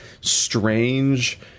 strange